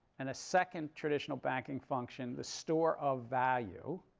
and a second traditional banking function the store of value,